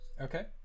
okay